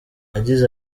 yagize